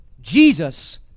Jesus